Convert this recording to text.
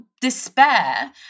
despair